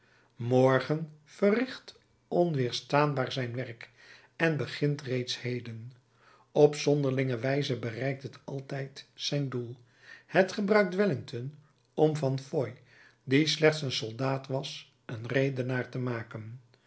morgen verricht onweerstaanbaar zijn werk en begint reeds heden op zonderlinge wijze bereikt het altijd zijn doel het gebruikt wellington om van foy die slechts een soldaat was een redenaar te maken